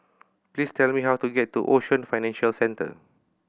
please tell me how to get to Ocean Financial Centre